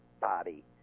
body